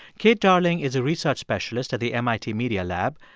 kate darling is a research specialist at the mit media lab.